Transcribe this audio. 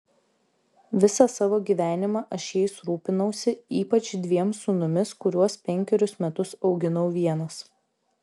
visą savo gyvenimą aš jais rūpinausi ypač dviem sūnumis kuriuos penkerius metus auginau vienas